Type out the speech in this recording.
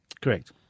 Correct